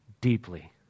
deeply